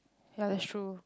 ya that's true